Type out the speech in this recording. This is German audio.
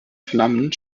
flammen